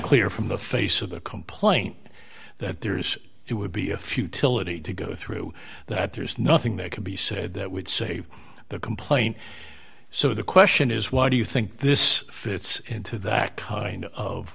clear from the face of the complaint that there is it would be a futility to go through that there's nothing that could be said that would save the complaint so the question is why do you think this fits into that kind of